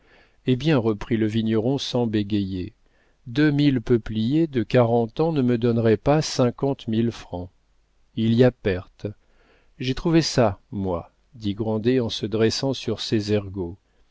eh bien reprit le vigneron sans bégayer deux mille peupliers de quarante ans ne me donneraient pas cinquante mille francs il y a perte j'ai trouvé ça moi dit grandet en se dressant sur ses ergots